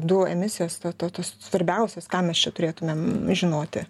du emisijos tos tos tos svarbiausios ką mes čia turėtumėm žinoti